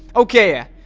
okay,